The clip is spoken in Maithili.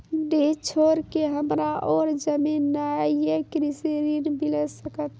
डीह छोर के हमरा और जमीन ने ये कृषि ऋण मिल सकत?